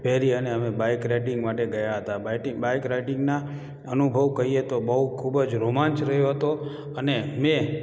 પહેરી અને અમે બાઈક રાઈડિંગ માટે ગયા હતા બાઇટિંગ બાઈક રાઈડિંગના અનુભવ કહીએ તો બહુ ખૂબ જ રોમાંચ રહ્યો હતો અને મેં